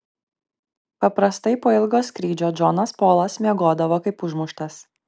paprastai po ilgo skrydžio džonas polas miegodavo kaip užmuštas